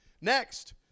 Next